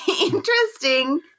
interesting